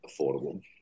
affordable